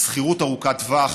שכירות ארוכת טווח